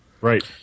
Right